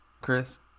Chris